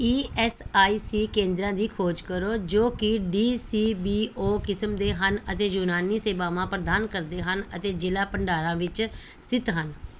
E S I C ਕੇਂਦਰਾਂ ਦੀ ਖੋਜ ਕਰੋ ਜੋ ਕਿ ਡੀ ਸੀ ਬੀ ਓ ਕਿਸਮ ਦੇ ਹਨ ਅਤੇ ਯੂਨਾਨੀ ਸੇਵਾਵਾਂ ਪ੍ਰਦਾਨ ਕਰਦੇ ਹਨ ਅਤੇ ਜ਼ਿਲ੍ਹਾ ਭੰਡਾਰਾ ਵਿੱਚ ਸਥਿਤ ਹਨ